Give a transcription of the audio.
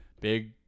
Big